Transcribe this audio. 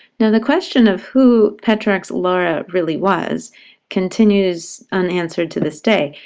now the question of who petrarch's laura really was continues unanswered to this day.